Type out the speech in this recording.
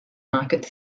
market